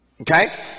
Okay